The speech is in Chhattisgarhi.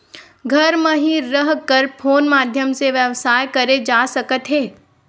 घर म हि रह कर कोन माध्यम से व्यवसाय करे जा सकत हे?